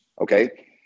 Okay